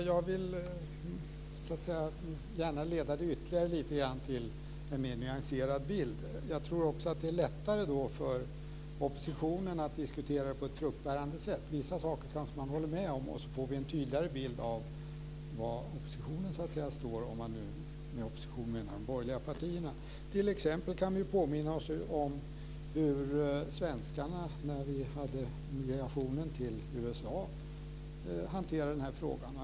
Herr talman! Jag vill gärna leda det ytterligare till en mer nyanserad bild. Jag tror också att det är lättare för oppositionen att diskutera det på ett fruktbärande sätt. Vissa saker kanske man håller med om, och så får vi en tydligare bild av var oppositionen står, om vi med opposition menar de borgerliga partierna. Vi kan t.ex. påminna oss hur svenskarna efter emigrationen till USA hanterade den här frågan.